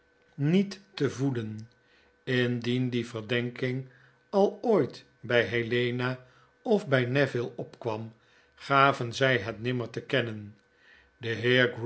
niet te voeden indien die verdenking al ooit bij helena of bij neville opkwam gaven zy het nimmer te kennen de